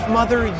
Mother